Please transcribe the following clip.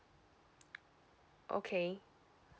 okay